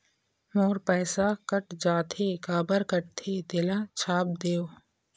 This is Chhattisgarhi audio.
मोर पैसा कट जाथे काबर कटथे तेला छाप देव?